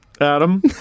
Adam